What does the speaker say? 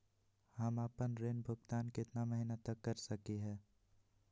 हम आपन ऋण भुगतान कितना महीना तक कर सक ही?